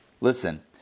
listen